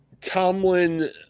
Tomlin